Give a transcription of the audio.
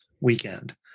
weekend